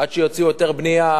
עד שיוציאו היתר בנייה,